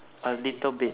a little bit